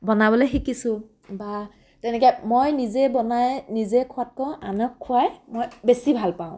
বনাবলৈ শিকিছোঁ বা তেনেকৈ মই নিজেই বনাই নিজে খোৱাতকৈ আনক খোৱাই মই বেছি ভাল পাওঁ